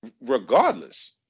regardless